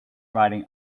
writing